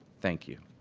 thank you.